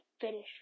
finish